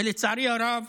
ולצערי הרב